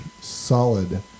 solid